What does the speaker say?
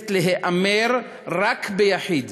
שניתנת להיאמר רק ביחיד.